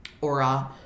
aura